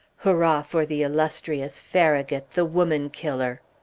hurrah for the illustrious farragut, the woman killer!